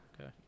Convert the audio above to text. Okay